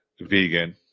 vegan